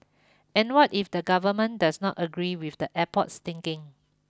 and what if the Government does not agree with the airport's thinking